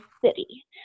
city